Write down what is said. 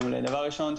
דבר ראשון,